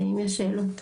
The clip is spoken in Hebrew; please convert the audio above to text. אם יש שאלות.